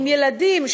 עם ילדים,